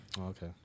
Okay